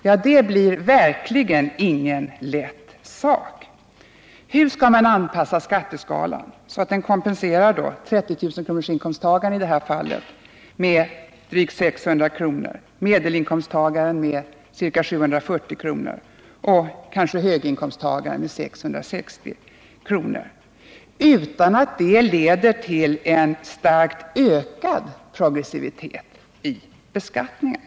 Ja, det blir verkligen ingen lätt sak. Hur skall man anpassa skatteskalan så att den kompenserar inkomsttagaren med 30 000 kr. i detta fall med drygt 600 kr., medelinkomsttagaren med ca 740 kr. och höginkomsttagaren med kanske 600 kr. utan att det leder till en starkt ökad progressivitet i beskattningen?